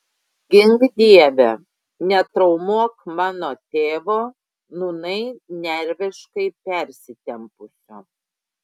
gink dieve netraumuok mano tėvo nūnai nerviškai persitempusio